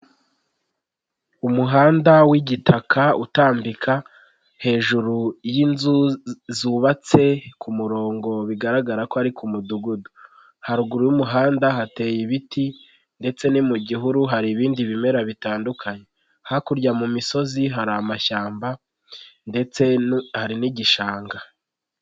Umuhanda w'igitaka utambika, hejuru y'inzu zubatse ku murongo bigaragara ko ari ku mudugudu, haruguru y'umuhanda hateye ibiti ndetse no mu gihuru hari ibindi bimera bitandukanye, hakurya mu misozi hari amashyamba ndetse hari n'igishanga.